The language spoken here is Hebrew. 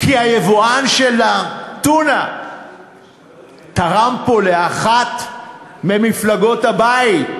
כי היבואן של הטונה תרם פה לאחת ממפלגות הבית.